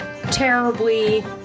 terribly